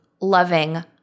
loving